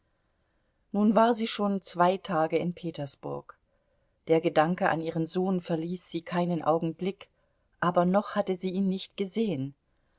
nun war sie schon zwei tage in petersburg der gedanke an ihren sohn verließ sie keinen augenblick aber noch hatte sie ihn nicht gesehen